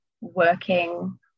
working